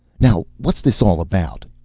now what's this all about?